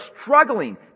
struggling